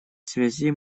связи